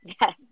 Yes